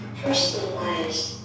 personalized